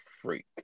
freak